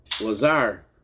Lazar